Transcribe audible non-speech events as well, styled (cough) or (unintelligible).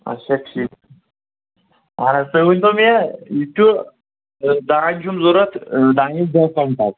اچھا ٹھیٖک (unintelligible) اہن حظ تُہۍ ؤنۍتو مےٚ یہِ چھُ دانہِ چھُم ضوٚرتھ دانٮ۪س دَہ کوینٛٹل